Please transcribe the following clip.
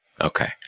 Okay